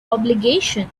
obligation